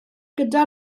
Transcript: gyda